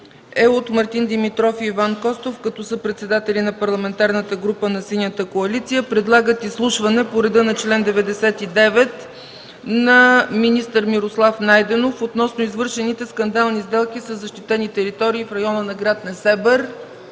е от Мартин Димитров и Иван Костов. Като съпредседатели на Парламентарната група на Синята коалиция предлагат изслушване по реда на чл. 99 на министър Мирослав Найденов относно извършените скандални сделки със защитени територии в района на град Несебър.